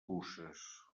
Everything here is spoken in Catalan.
puces